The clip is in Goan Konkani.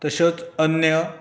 तश्योच अन्य